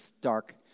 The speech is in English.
dark